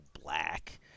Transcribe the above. Black